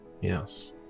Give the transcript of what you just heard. Yes